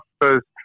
first